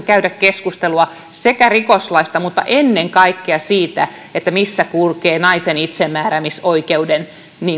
käydä keskustelua rikoslaista mutta ennen kaikkea siitä missä kulkevat naisen itsemääräämisoikeuden